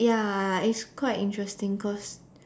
ya it's quite interesting because